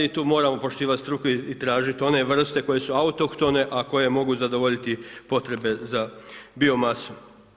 I tu moramo poštivati struku i tražiti one vrste koje su autohtone a koje mogu zadovoljiti potrebe za biomasom.